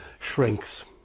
shrinks